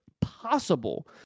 possible